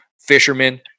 fishermen